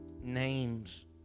names